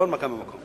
ולא הנמקה מהמקום.